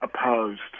opposed